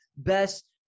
best